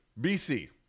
BC